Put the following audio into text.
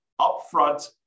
upfront